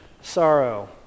sorrow